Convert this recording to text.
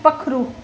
पक्खरू